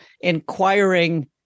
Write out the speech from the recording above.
inquiring